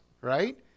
Right